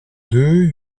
deux